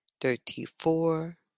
Thirty-four